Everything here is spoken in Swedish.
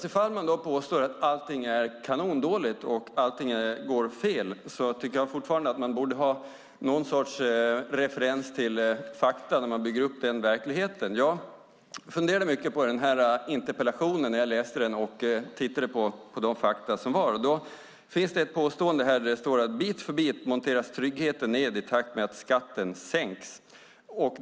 Ifall man påstår att allting är kanondåligt och att allting går fel tycker jag dock att man borde ha någon sorts referens till fakta när man bygger upp denna verklighet. Jag funderade mycket på denna interpellation när jag läste den och tittade på de fakta som fanns. Det står: "Bit för bit monteras tryggheten ned i takt med att skatterna sänks."